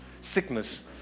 sickness